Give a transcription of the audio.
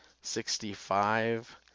sixty-five